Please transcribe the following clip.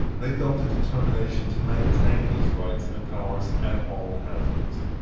they felt a determination to maintain these rights and powers at all hazards.